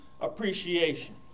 appreciation